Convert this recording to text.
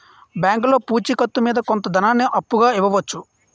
బ్యాంకులో పూచి కత్తు మీద కొంత ధనాన్ని అప్పుగా ఇవ్వవచ్చు